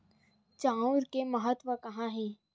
चांउर के महत्व कहां हे?